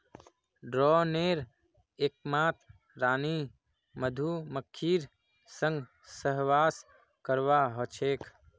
ड्रोनेर एकमात रानी मधुमक्खीर संग सहवास करवा ह छेक